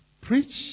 Preach